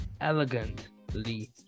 elegantly